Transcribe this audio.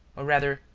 or rather,